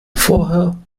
vorher